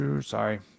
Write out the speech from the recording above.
Sorry